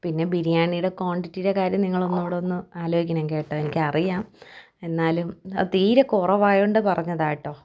പിന്നെ ബിരിയാണിയുടെ ക്വാണ്ടിറ്റിയുടെ കാര്യം നിങ്ങളൊന്നും കൂടിയൊന്ന് ആലോചിക്കണം കേട്ടോ എനിക്കറിയാം എന്നാലും അതു തീരെ കുറവായതു കൊണ്ട് പറഞ്ഞതാണ് കേട്ടോ